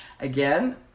again